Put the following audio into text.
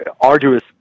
arduous